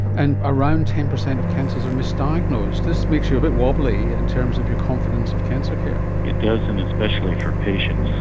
and around ten percent of cancers are misdiagnosed. this makes you a bit wobbly in terms of your confidence of cancer care. it does, and especially for patients,